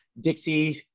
dixie